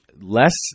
Less